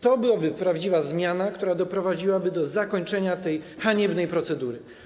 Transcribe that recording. To byłaby prawdziwa zmiana, która doprowadziłaby do zakończenia tej haniebnej procedury.